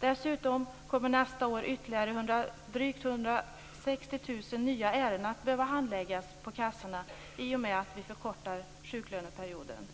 Dessutom kommer nästa år ytterligare drygt 160 000 nya ärenden att behöva handläggas på kassorna i och med att vi förkortar sjuklöneperioden.